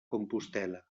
compostel·la